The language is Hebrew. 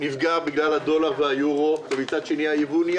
נפגע בגלל הדולר והאירו ומצד שני הייבוא נהיה